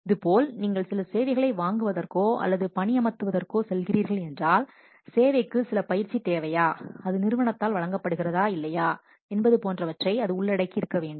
எனவே இதேபோல் நீங்கள் சில சேவைகளை வாங்குவதற்கோ அல்லது பணியமர்த்துவதற்கோ செல்கிறீர்கள் என்றால் சேவைக்கு சில பயிற்சி தேவையா அது நிறுவனத்தால் வழங்கப்படுகிறதா இல்லையா என்பது போன்றவற்றை அது உள்ளடக்கி இருக்க வேண்டும்